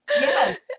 Yes